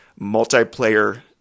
multiplayer